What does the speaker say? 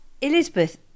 Elizabeth